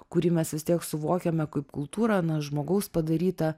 kurį mes vis tiek suvokiame kaip kultūrą na žmogaus padarytą